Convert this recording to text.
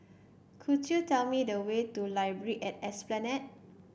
could you tell me the way to Library at Esplanade